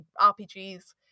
rpgs